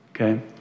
okay